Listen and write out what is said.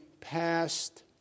passed